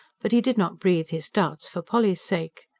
but he did not breathe his doubts for polly's sake.